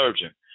surgeon